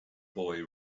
boy